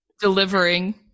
Delivering